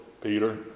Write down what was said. Peter